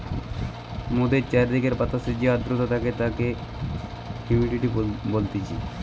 মোদের চারিদিকের বাতাসে যে আদ্রতা থাকে তাকে হুমিডিটি বলতিছে